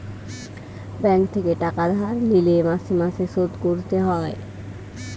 bank থেকে টাকা ধার লিলে মাসে মাসে শোধ করতে হয়